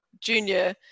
junior